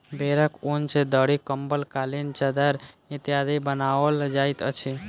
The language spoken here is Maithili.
भेंड़क ऊन सॅ दरी, कम्बल, कालीन, चद्दैर इत्यादि बनाओल जाइत अछि